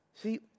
See